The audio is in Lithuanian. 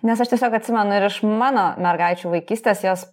nes aš tiesiog atsimenu ir iš mano mergaičių vaikystės jos